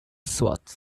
slots